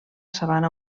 sabana